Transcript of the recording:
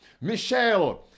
michelle